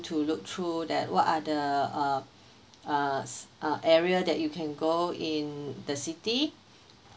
to look through that what are the uh uh uh area that you can go in the city